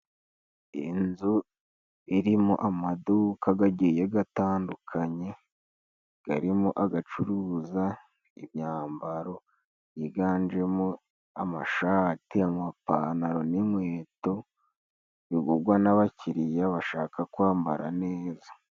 Inzu irimo amaduka gagiye gatandukanye garimo agacuruza imyambaro yiganjemo amashati, amapantalo n'inkweto bigugwa n'abakiriya bashaka kwambara neza.